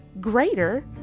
greater